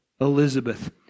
Elizabeth